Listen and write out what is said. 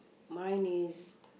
mine is